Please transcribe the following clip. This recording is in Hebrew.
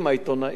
הצלמים,